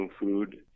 food